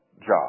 job